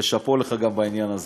ושאפו לך גם בעניין הזה.